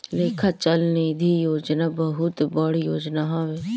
लेखा चल निधी योजना बहुत बड़ योजना हवे